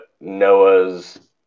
Noah's